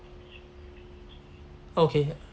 okay